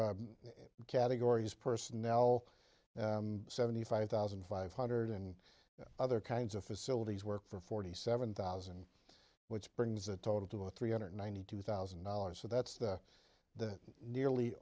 categories personnel seventy five thousand five hundred and other kinds of facilities work for forty seven thousand which brings the total to three hundred ninety two thousand dollars so that's the the nearly